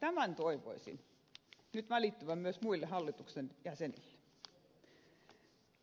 tämän toivoisin nyt välittyvän myös muille hallituksen jäsenille